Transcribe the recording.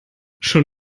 schon